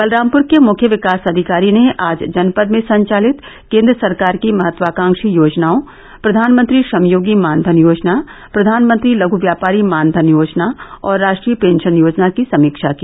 बलरामपुर के मुख्य विकास अधिकारी ने आज जनपद में संचालित केंद्र सरकार की महत्वाकांक्षी योजनाओं प्रधानमंत्री श्रमयोंगी मानधन योजना प्रधानमंत्री लघु व्यापारी मानधन योजना और रा ट्रीय पेंशन योजना की समीक्षा की